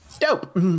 Dope